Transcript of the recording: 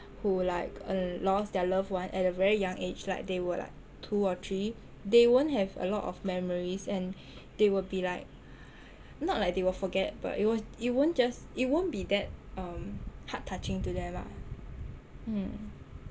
who like uh lost their loved one at a very young age like they were like two or three they won't have a lot of memories and they will be like not like they will forget but it w~ it won't just it won't be that um heart touching to them lah mm